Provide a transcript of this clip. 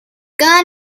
cada